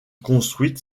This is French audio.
construite